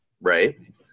right